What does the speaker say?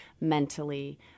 mentally